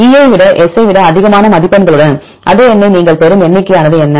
E ஐ விட S ஐ விட அதிகமான மதிப்பெண்களுடன் அதே எண்ணை நீங்கள் பெறும் எண்ணிக்கையானது என்ன